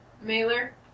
Mailer